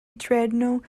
dreadnought